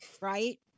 right